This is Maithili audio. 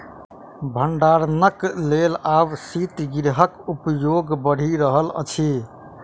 भंडारणक लेल आब शीतगृहक उपयोग बढ़ि रहल अछि